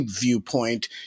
viewpoint